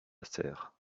serre